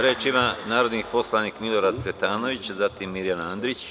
Reč ima narodni poslanik Milorad Cvetanović, zatim Mirjana Andrić.